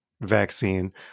vaccine